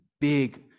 big